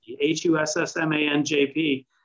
H-U-S-S-M-A-N-J-P